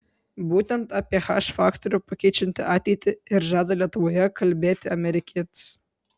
būtent apie h faktorių pakeičiantį ateitį ir žada lietuvoje kalbėti amerikietis